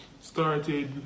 started